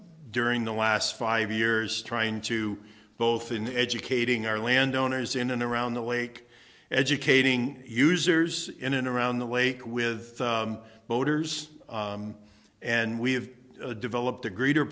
during the last five years trying to both in educating our landowners in and around the lake educating users in and around the wake with boaters and we have developed a greeter